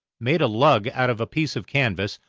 made a lug out of a piece of canvas,